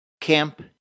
Camp